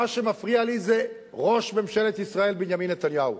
מה שמפריע לי זה ראש ממשלת ישראל בנימין נתניהו,